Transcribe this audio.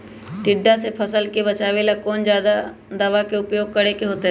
टिड्डा से फसल के बचावेला कौन दावा के प्रयोग करके होतै?